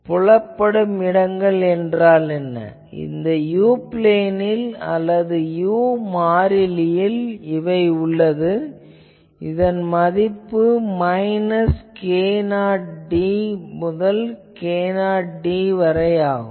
எனவே புலப்படும் இடங்கள் என்ன அவை இந்த u பிளேனில் அல்லது இந்த u மாறியில் உள்ளது இதன் மதிப்பு மைனஸ் k0d முதல் k0d வரை ஆகும்